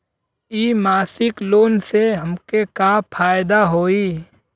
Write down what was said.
इ मासिक लोन से हमके का फायदा होई?